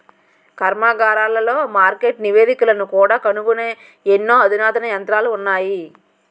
కర్మాగారాలలో మార్కెట్ నివేదికలను కూడా కనుగొనే ఎన్నో అధునాతన యంత్రాలు ఉన్నాయి